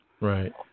Right